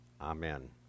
Amen